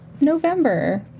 november